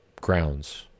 grounds